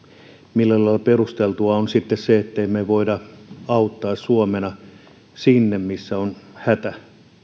millä lailla perusteltua on sitten se ettemme me voi suomena auttaa siellä missä on hätä